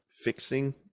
fixing